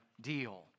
deal